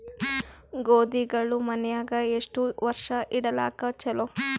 ಗೋಧಿಗಳು ಮನ್ಯಾಗ ಎಷ್ಟು ವರ್ಷ ಇಡಲಾಕ ಚಲೋ?